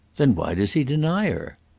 then why does he deny her?